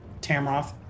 Tamroth